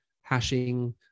hashing